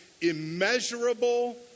Immeasurable